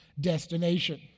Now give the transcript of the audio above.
destination